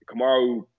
Kamaru